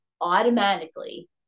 automatically